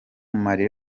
marley